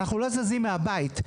אנחנו לא זזים מהבית.